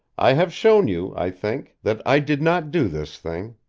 i have shown you, i think, that i did not do this thing.